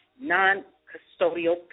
Non-Custodial